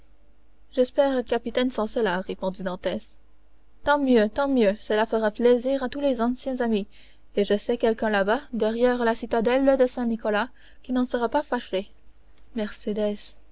être capitaine sans cela répondit dantès tant mieux tant mieux cela fera plaisir à tous les anciens amis et je sais quelqu'un là-bas derrière la citadelle de saint-nicolas qui n'en sera pas fâché